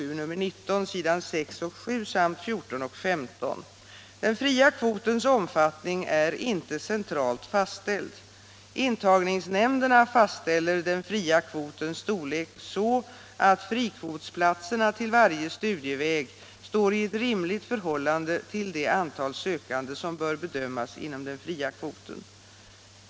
Den fria kvotens omfattning är inte centralt fastställd. Intagningsnämnderna fastställer den fria kvotens storlek så, att frikvotsplatserna till varje studieväg står i ett rimligt förhållande till det antal sökande som bör bedömas inom den fria kvoten.